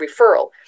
referral